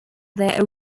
their